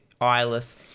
eyeless